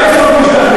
אם זה חשוב לך,